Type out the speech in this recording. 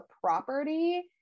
property